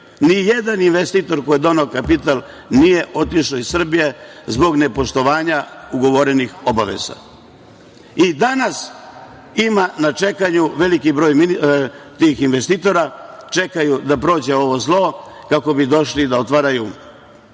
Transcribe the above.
ni jedan investitor koji je doneo kapital nije otišao iz Srbije zbog nepoštovanja ugovorenih obaveza. I danas ima na čekanju veliki broj tih investitora, čekaju da prođe ovo zlo, kako bi došli da otvaraju